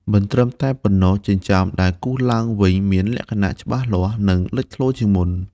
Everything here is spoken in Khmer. មិនត្រឹមតែប៉ុណ្ណោះ ចិញ្ចើមដែលគូរឡើងវិញមានលក្ខណៈច្បាស់លាស់ និងលេចធ្លោជាងមុន។